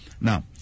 Now